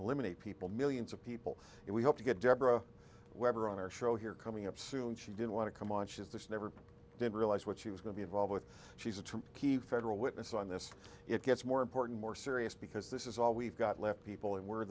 eliminate people millions of people if we hope to get deborah webber on our show here coming up soon she didn't want to come on she's this never did realize what she was going be involved with she's a true keep federal witness on this it gets more important more serious because this is all we've got left people who were